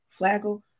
Flagel